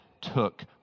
took